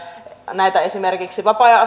näitä palveluita esimerkiksi vapaa ajan